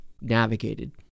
navigated